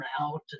out